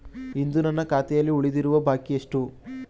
ಇಂದು ನನ್ನ ಖಾತೆಯಲ್ಲಿ ಉಳಿದಿರುವ ಬಾಕಿ ಎಷ್ಟು?